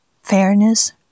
Fairness